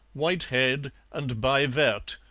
whitehead, and baie verte,